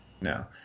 No